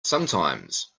sometimes